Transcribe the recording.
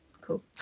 Cool